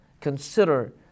consider